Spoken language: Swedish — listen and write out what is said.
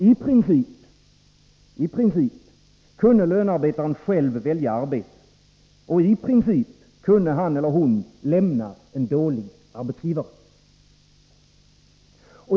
I princip kunde lönarbetaren själv välja arbete. I princip kunde han eller hon lämna en dålig arbetsgivare.